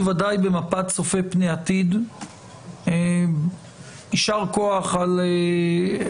בוודאי במבט צופה פני עתיד יישר כוח על הניסיונות